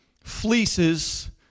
fleeces